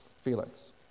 Felix